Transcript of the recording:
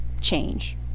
change